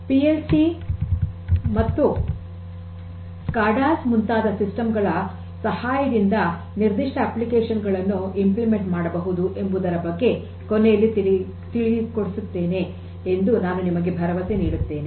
P L C SCADAs ಮುಂತಾದ system ಗಳ ಸಹಾಯದಿಂದ ನಿರ್ದಿಷ್ಟ ಅಪ್ಲಿಕೇಶನ್ಸ್ ಗಳನ್ನು ಕಾರ್ಯಗತ ಮಾಡಬಹುದು ಎಂಬುದರ ಬಗ್ಗೆ ಕೊನೆಯಲ್ಲಿ ತಿಳಿಸಿಕೊಡುತ್ತೇನೆ ಎಂದು ನಾನು ನಿಮಗೆ ಭರವಸೆ ನೀಡುತ್ತೇನೆ